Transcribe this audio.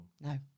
No